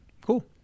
Cool